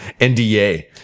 NDA